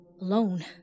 alone